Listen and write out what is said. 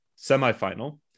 semifinal